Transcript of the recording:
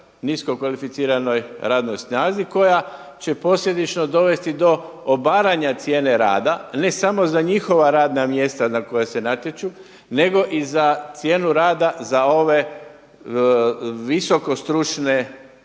niskokvalificiranoj radnoj snazi koja će posljedično dovesti do obaranja cijene rada, a ne samo za njihova radna mjesta za koja se natječu nego i za cijenu rada za ove visoko stručne